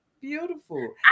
beautiful